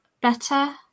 better